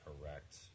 correct